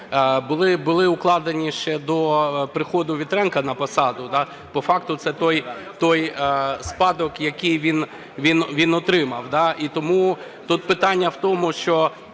були укладені ще до приходу Вітренка на посаду, по факту це той спадок, який він отримав. І тому тут питання в тому, що